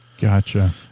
Gotcha